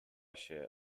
się